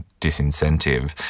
disincentive